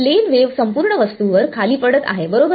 plain wave संपूर्ण वस्तूवर खाली पडत आहे बरोबर